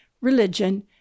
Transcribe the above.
religion